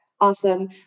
Awesome